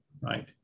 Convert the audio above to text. right